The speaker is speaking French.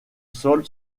sol